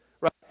right